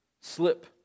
slip